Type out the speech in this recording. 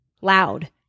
loud